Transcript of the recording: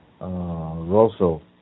Russell